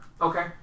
Okay